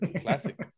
Classic